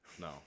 no